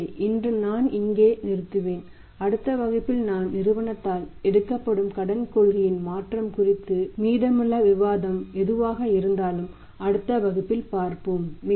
எனவே இன்று நான் இங்கே நிறுத்துவேன் அடுத்த வகுப்பில் நாங்கள் நிறுவனத்தால் எடுக்கப்படும் கடன் கொள்கையில் மாற்றம் குறித்து மீதமுள்ள விவாதம் எதுவாக இருந்தாலும் அடுத்த வகுப்பில் பார்ப்போம்